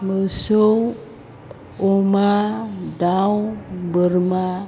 मोसौ अमा दाउ बोरमा